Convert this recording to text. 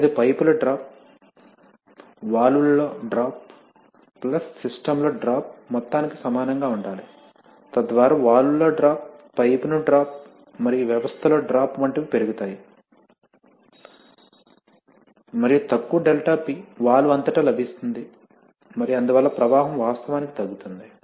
మరియు అది పైపుల డ్రాప్ వాల్వ్లో డ్రాప్ ప్లస్ సిస్టమ్లో డ్రాప్ మొత్తానికి సమానంగా ఉండాలి తద్వారా వాల్వ్లో డ్రాప్ పైపును డ్రాప్ మరియు వ్యవస్థలో డ్రాప్ వంటివి పెరుగుతాయి మరియు తక్కువ ∆P వాల్వ్ అంతటా లభిస్తుంది మరియు అందువల్ల ప్రవాహం వాస్తవానికి తగ్గుతుంది